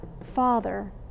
Father